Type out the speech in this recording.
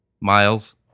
Miles